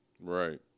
right